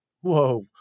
Whoa